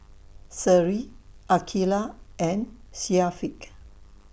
Seri Aqilah and Syafiq